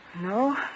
No